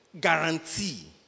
guarantee